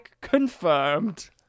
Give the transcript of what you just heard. confirmed